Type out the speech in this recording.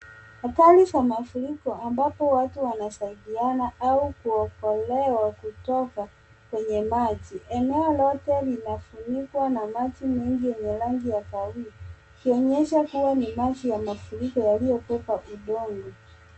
Athari za mafuriko ambapo watu wanasaidiana au kuokolewa katika kwenye maji. Eneo lote linafunikwa na maji mengi yenye rangi ya kahawia ikionyesha kuwa ni maji ya mafuriko yaliyoko kwa udongo.